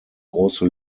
große